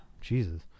Jesus